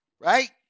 right